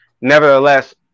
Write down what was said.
nevertheless